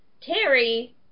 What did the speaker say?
Terry